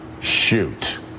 shoot